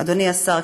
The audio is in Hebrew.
אדוני השר.